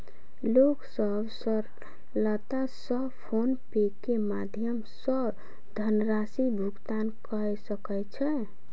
लोक सभ सरलता सॅ फ़ोन पे के माध्यम सॅ धनराशि भुगतान कय सकै छै